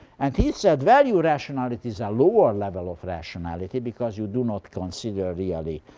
and he said, value rationality is a lower level of rationality because you do not consider really